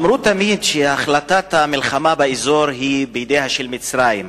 תמיד אמרו שהחלטת המלחמה באזור היא בידיה של מצרים,